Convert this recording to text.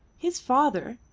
his father,